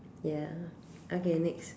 ya okay next